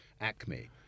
acme